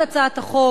הצעת החוק,